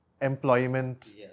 employment